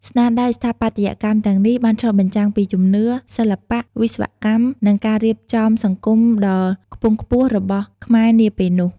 ស្នាដៃស្ថាបត្យកម្មទាំងនេះបានឆ្លុះបញ្ចាំងពីជំនឿ សិល្បៈ វិស្វកម្ម និងការរៀបចំសង្គមដ៏ខ្ពង់ខ្ពស់របស់ខ្មែរនាពេលនោះ។